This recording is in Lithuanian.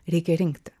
reikia rinkti